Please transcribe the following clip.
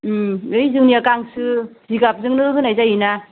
ऐ जोंनिया गांसो जिगाबजोंनो होनाय जायोना